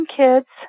kids